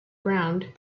ground